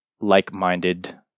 like-minded